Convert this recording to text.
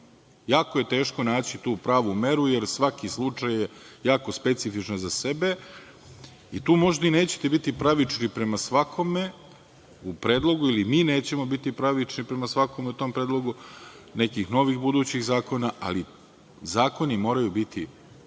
je teško naći tu pravu meru, jer svaki slučaj je jako specifičan za sebe i tu možda i nećete biti pravični prema svakome u predlogu, ili mi nećemo biti pravični prema svakome u tom predlogu nekih novih budućih zakona, ali zakoni moraju biti